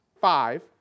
five